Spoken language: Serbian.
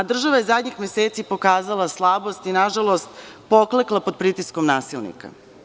Država je zadnjih meseci pokazala slabost i, nažalost, poklekla pod pritiskom nasilnika.